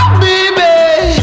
baby